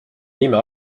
nime